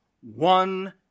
One